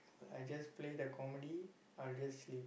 I just play the comedy I'll just sleep